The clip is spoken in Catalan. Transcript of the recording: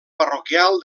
parroquial